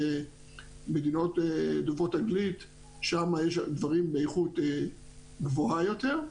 שבמדינות דוברות אנגלית שם יש דברים באיכות גבוהה יותר.